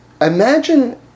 imagine